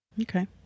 Okay